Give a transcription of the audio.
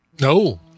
No